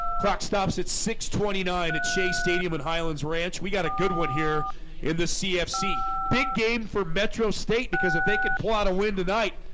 croc stops at six twenty nine at shea stadium at highlands ranch we got a good one here in the cfc big game for metro state because if they could pull out a win tonight,